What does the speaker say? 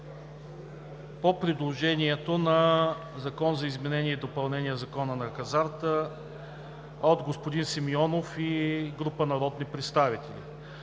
по предложението на Закона за изменение и допълнение Закона на хазарта от господин Симеонов и група народни представители